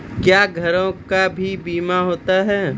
क्या घरों का भी बीमा होता हैं?